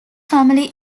family